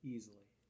Easily